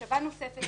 במחשבה נוספת,